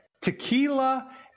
tequila